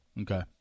okay